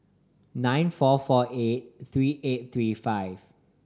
nine four four eight three eight three five